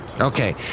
Okay